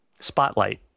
spotlight